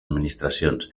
administracions